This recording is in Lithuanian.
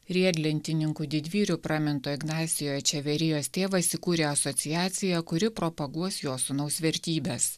riedlentininkų didvyrių praminto ignasio čeverijos tėvas įkūrė asociacija kuri propaguos jo sūnaus vertybes